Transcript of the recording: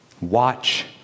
Watch